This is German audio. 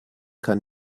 kann